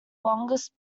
longest